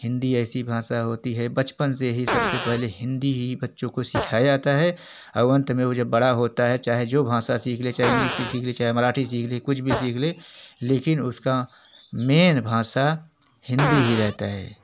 हिंदी ऐसी भाषा होती है बचपन से ही सबसे पहले हिंदी ही बच्चों को सिखाया जाता है और अन्त में वह जब बड़ा होता है चाहे जो भाषा सीख ले चाहे इंग्लिश सीख ले चाहे मराठी सीख ले कुछ भी सीख ले लेकिन उसकी मेन भाषा हिंदी ही रहती है